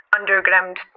underground